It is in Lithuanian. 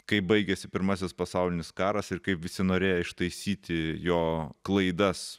kaip baigėsi pirmasis pasaulinis karas ir kaip visi norėjo ištaisyti jo klaidas